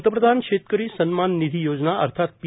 पंतप्रधान शेतकरी सन्मान निधी योजना अर्थात पी